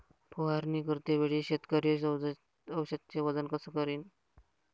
फवारणी करते वेळी शेतकरी औषधचे वजन कस करीन?